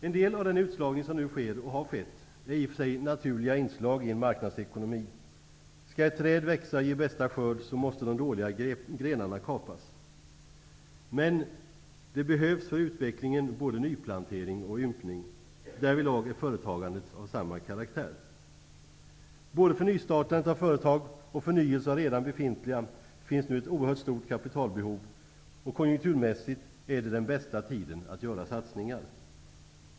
En del av den utslagning som nu sker och har skett är i och för sig naturliga inslag i en marknadsekonomi. Skall ett träd växa och ge bästa skörd, så måste de dåliga grenarna kapas. Men det behövs för utvecklingen både nyplantering och ympning. Därvidlag är företagandet av samma karaktär. Både för nystartande av företag och för förnyelse av redan befintliga finns nu ett oerhört stort kapitalbehov, samtidigt som detta är den konjunkturmässigt bästa tiden att göra satsningar.